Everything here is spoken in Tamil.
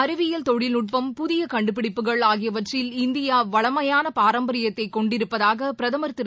அறிவியல் தொழில்நுட்பம் புதிய கண்டுபிடிப்புகள் ஆகியவற்றில் இந்தியா வளமையான பாரம்பரியத்தை கொண்டிருப்பதாக பிரதமர் திரு